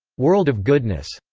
world of goodness.